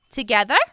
Together